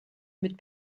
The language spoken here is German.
mit